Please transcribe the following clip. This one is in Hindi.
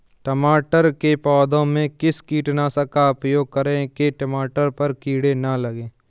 टमाटर के पौधे में किस कीटनाशक का उपयोग करें कि टमाटर पर कीड़े न लगें?